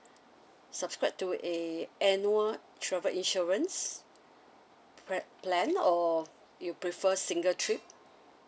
subscribe to a annual travel insurance p~ plan or you prefer single trip